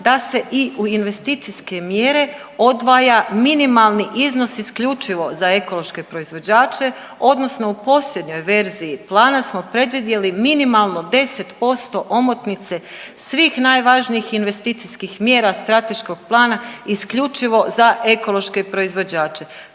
da se i u investicijske mjere odvaja minimalni iznos isključivo za ekološke proizvođače odnosno u posljednjoj verziji plana smo predvidjeli minimalno 10% omotnice svih najvažnijih investicijskih mjera strateškog plana isključivo za ekološke proizvođače.